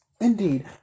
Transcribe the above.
indeed